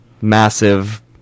massive